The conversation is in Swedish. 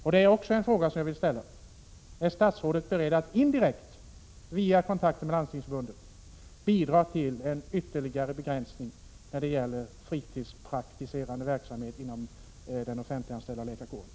Jag vill också ställa frågan: Är statsrådet beredd att indirekt via kontakter med Landstingsförbundet bidra till en ytterligare begränsning av möjligheterna för offentliganställda läkare att bedriva fritidspraktik?